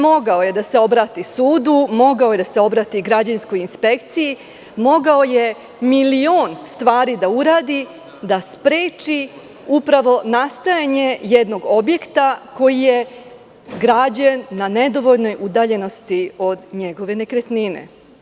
Mogao je da se obrati sudu, mogao je da se obrati građevinskoj inspekciji, mogao je milion stvari da uradi da spreči nastajanje jednog objekta koji je građen na nedovoljnoj udaljenosti od njegove nekretnine.